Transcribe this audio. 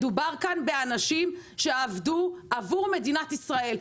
מדובר כאן באנשים שעבדו עבור מדינת ישראל.